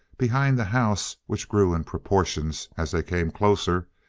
behind the house, which grew in proportions as they came closer,